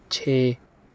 چھ